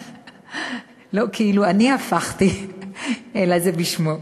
לא כאילו אני הפכתי, אלא זה בשמו.